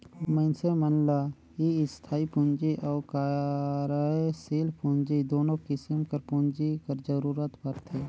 मइनसे मन ल इस्थाई पूंजी अउ कारयसील पूंजी दुनो किसिम कर पूंजी कर जरूरत परथे